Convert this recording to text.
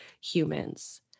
humans